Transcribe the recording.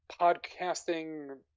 podcasting